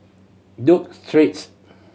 Duke Street